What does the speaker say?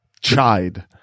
chide